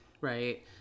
Right